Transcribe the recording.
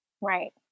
Right